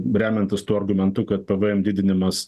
remiantis tuo argumentu kad pavajem didinimas